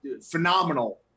phenomenal